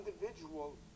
individual